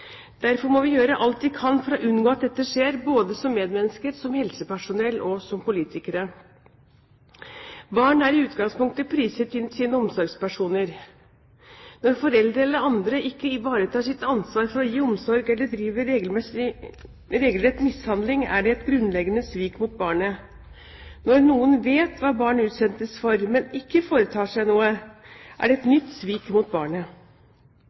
Derfor må vi gjøre alt vi kan for å unngå at dette skjer, både som medmennesker, som helsepersonell og som politikere. Barn er i utgangspunktet prisgitt sine omsorgspersoner. Når foreldre eller andre ikke ivaretar sitt ansvar for å gi omsorg, eller driver regelrett mishandling, er det et grunnleggende svik mot barnet. Når noen vet hva barn utsettes for, men ikke foretar seg noe, er det et nytt svik mot barnet.